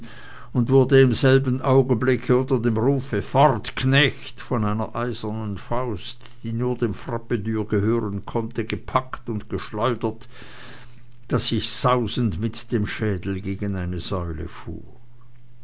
und wurde in demselben augenblicke unter dem rufe fort knecht von einer eisernen faust die nur dem frappedür gehören konnte gepackt und geschleudert daß ich sausend mit dem schädel gegen eine säule fuhr